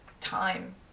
time